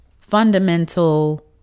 fundamental